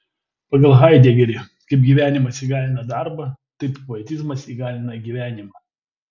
pagal haidegerį kaip gyvenimas įgalina darbą taip poetizmas įgalina gyvenimą